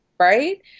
Right